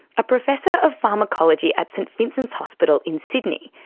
a professor of pharmacology at saint vincent's hospital in sydney.